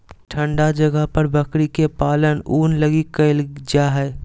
ठन्डा जगह पर बकरी के पालन ऊन लगी कईल जा हइ